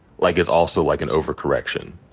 like, is also like an overcorrection.